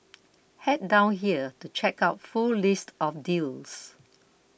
head down here to check out full list of deals